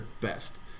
best